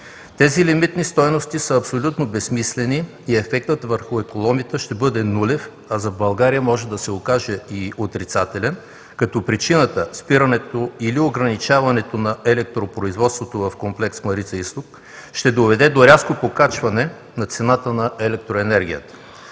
Тези лимитни стойности са абсолютно безсмислени и ефектът върху екологията ще бъде нулев, а за България може да се окаже и отрицателен, като причината за спирането или ограничаването на електропроизводството в комплекс „Марица-изток“ ще доведе до рязко покачване на цената на електроенергията.